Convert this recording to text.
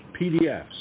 PDFs